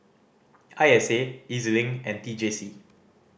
I S A E Z Link and T J C